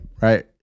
right